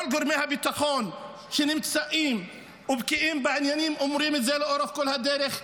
כל גורמי הביטחון שנמצאים ובקיאים בעניינים אומרים את זה לאורך כל הדרך,